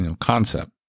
concept